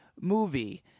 movie